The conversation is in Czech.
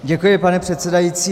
Děkuji, pane předsedající.